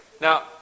Now